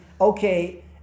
Okay